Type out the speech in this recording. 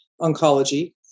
oncology